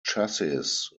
chassis